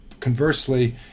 Conversely